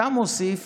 אתה מוסיף